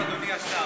אדוני השר,